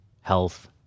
health